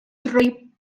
droi